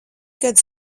kad